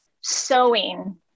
sewing